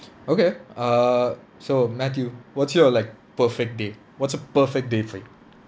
okay err so matthew what's your like perfect day what's a perfect day for you